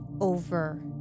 over